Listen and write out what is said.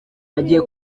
agiye